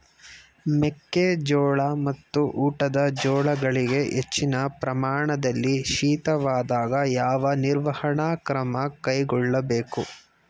ಮೆಕ್ಕೆ ಜೋಳ ಮತ್ತು ಊಟದ ಜೋಳಗಳಿಗೆ ಹೆಚ್ಚಿನ ಪ್ರಮಾಣದಲ್ಲಿ ಶೀತವಾದಾಗ, ಯಾವ ನಿರ್ವಹಣಾ ಕ್ರಮ ಕೈಗೊಳ್ಳಬೇಕು?